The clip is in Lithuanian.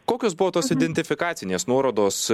kokios buvo tos identifikacinės nuorodos